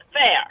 fair